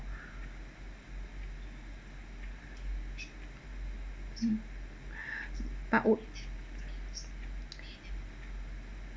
mm but would